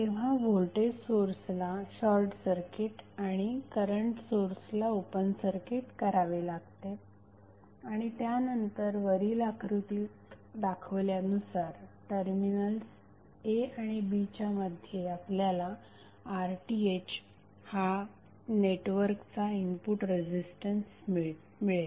तेव्हा व्होल्टेज सोर्सला शॉर्टसर्किट आणि करंट सोर्सला ओपन सर्किट करावे लागते आणि त्यानंतर वरील आकृतीत दाखवल्यानुसार टर्मिनल्स a आणि b च्या मध्ये आपल्याला RTh हा नेटवर्कचा इनपुट रेझिस्टन्स मिळेल